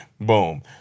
boom